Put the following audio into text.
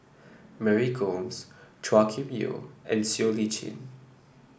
Mary Gomes Chua Kim Yeow and Siow Lee Chin